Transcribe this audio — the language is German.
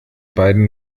beiden